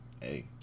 Hey